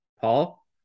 Paul